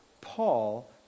Paul